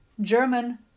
German